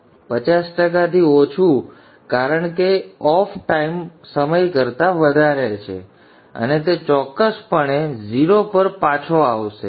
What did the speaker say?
૫૦ ટકાથી ઓછું કારણ કે ઓફ ટાઇમ સમય કરતા વધારે છે અને તે ચોક્કસપણે 0 પર પાછો આવશે